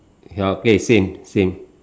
ya okay same same